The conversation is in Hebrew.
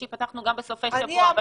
ב-23 ביולי פתחנו גם בסופי שבוע.